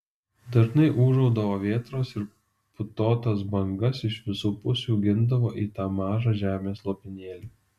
dažnai ūžaudavo vėtros ir putotas bangas iš visų pusių gindavo į tą mažą žemės lopinėlį